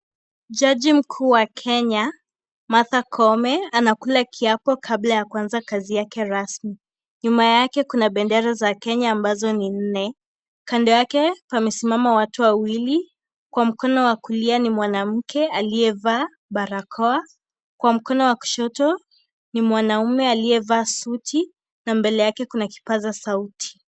Jaji mkuu wa Kenya Martha Koome anakula kiapo kabla ya kuanza kazi yake rasmi. Nyuma yake kuna bendera za Kenya ambazo ni nne, kando yake pamesimama watu wawili, kwa mkono wa kulia ni mwanamke aliyevaa barakoa, kwa mkono wa kushoto ni mwanaume aliyevaa suti na mbele yake kuna kipaza sauti.